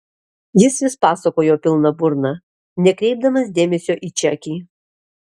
jis vis pasakojo pilna burna nekreipdamas dėmesio į čekį